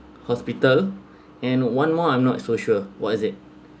hospital and one more I'm not so sure what is it